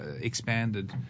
expanded